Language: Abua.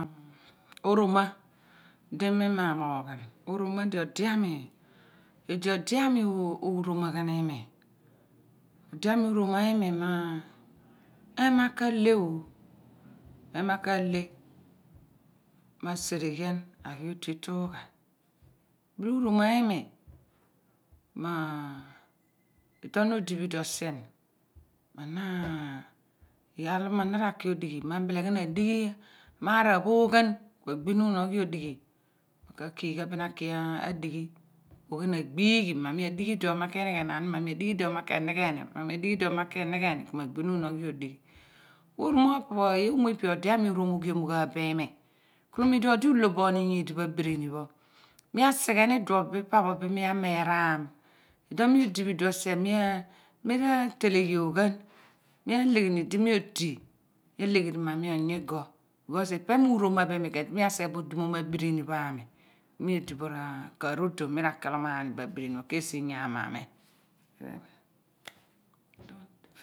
Oroma di mi ma mogh oroma di ode ami idi ode ami uroma ghan imi ode ami uroma imi mo ema ka leh ema ka leh mo sereghian aghi otu iitugha uroma imi mo iduon na odi bo iduon sien ma na iyaar ma na ra ki odighi ma bile ghan adighi amaar aphoghan ku agbi nun oghi odighi ka kiil ghan bin aki adighi poghan ogbi ghi me mi adighi iduon mo ki nighe naan imi ma mi dighi mo kenighe ni mo mi adighi iduon mo ke nigheni mo ku ma gbinun oghi odighi ku mem mo opo pho iimo pho ipe ode ami uromo ghiom gha bo imi ku mi duon pho odi ulo boni nyi dipho abiri pho mi esighe ni iduo pho bin pa pho mi ameraan isuon mi odi bo iduon sien mi ra tete yoghan mi alegheri idi mi odi mi alegheri mo mi onyiyor b/kos ipe mu roma bo imi ku edi mia sighe bo odimom abiri pho ami nyidipho ia ka rodon mi ra kelamiaani bo abirini pho ke si iyaan ami